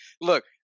look